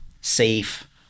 safe